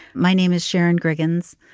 my name is sharon griggins.